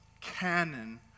canon